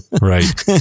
Right